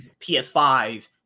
PS5